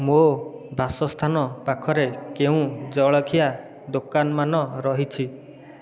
ମୋ ବାସସ୍ଥାନ ପାଖରେ କେଉଁ ଜଳଖିଆ ଦୋକାନମାନ ରହିଛି